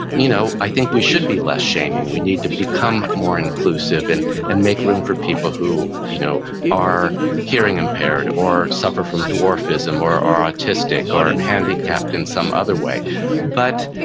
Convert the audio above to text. you know, i think we should be less shaming. we need to become more inclusive and and make room for people who you know are hearing impaired or suffer from dwarfism or are autistic or handicapped in some other way but